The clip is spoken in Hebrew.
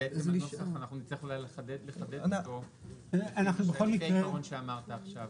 בעצם הנוסח אנחנו נצטרך לחדד אותו לפי העיקרון שאמרת עכשיו.